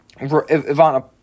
Ivana